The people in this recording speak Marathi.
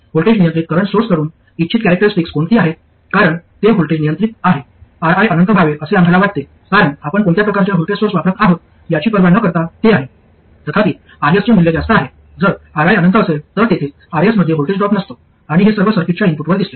व्होल्टेज नियंत्रित करंट सोर्सकडून इच्छित कॅरॅक्टरिस्टिक्स कोणती आहेत कारण ते व्होल्टेज नियंत्रित आहे Ri अनंत व्हावे असे आम्हाला वाटते कारण आपण कोणत्या प्रकारचे व्होल्टेज सोर्स वापरत आहोत याची पर्वा न करता ते आहे तथापि Rs चे मूल्य जास्त आहे जर Ri अनंत असेल तर तेथे Rs मध्ये व्होल्टेज ड्रॉप नसतो आणि हे सर्व सर्किटच्या इनपुटवर दिसते